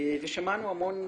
שמענו המון